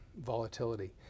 volatility